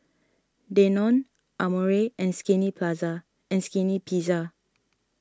Danone Amore and Skinny Plaza and Skinny Pizza